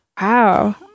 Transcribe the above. Wow